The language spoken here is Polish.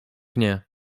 nie